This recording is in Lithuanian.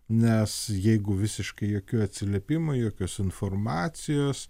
nes jeigu visiškai jokių atsiliepimų jokios informacijos